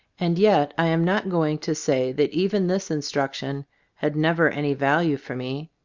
and yet i am not go ing to say that even this instruction had never any value for me.